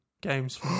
games